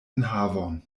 enhavon